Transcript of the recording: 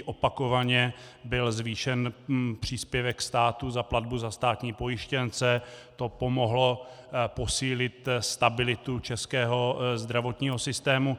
Opakovaně byl zvýšen příspěvek státu za platbu za státní pojištěnce, to pomohlo posílit stabilitu českého zdravotního systému.